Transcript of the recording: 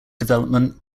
development